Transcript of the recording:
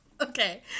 Okay